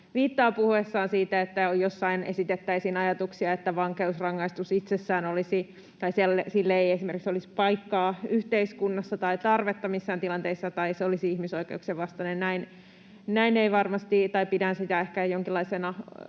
viittaa puhuessaan siitä, että jossain esitettäisiin ajatuksia, että vankeusrangaistukselle itsessään ei esimerkiksi olisi paikkaa yhteiskunnassa tai tarvetta missään tilanteissa tai se olisi ihmisoikeuksien vastainen. Pidän sitä ehkä jonkinlaisena